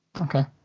Okay